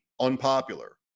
unpopular